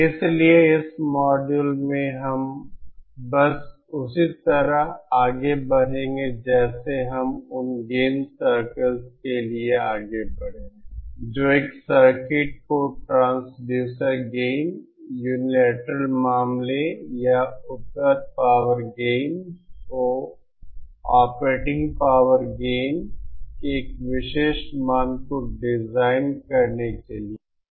इसलिए इस मॉड्यूल में हम बस उसी तरह आगे बढ़ेंगे जैसे हम उन गेन सर्कलस के लिए आगे बढ़े हैं जो एक सर्किट को ट्रांसड्यूसर गेन यूनिलैटरल मामले या उपलब्ध पावर गेन का ऑपरेटिंग पावर गेन के एक विशेष मान को डिजाइन करने के लिए हैं